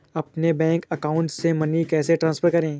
अपने bank account से money कैसे ट्रांसफर करें?